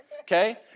Okay